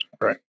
Right